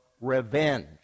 revenge